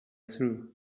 through